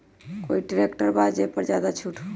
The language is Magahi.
कोइ ट्रैक्टर बा जे पर ज्यादा छूट हो?